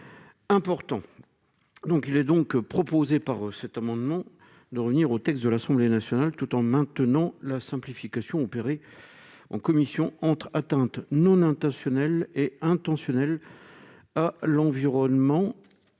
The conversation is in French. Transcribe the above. importants. Il est donc proposé de revenir au texte de l'Assemblée nationale, tout en maintenant la simplification opérée en commission entre atteintes non intentionnelles et atteintes intentionnelles à l'environnement.